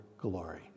glory